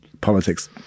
politics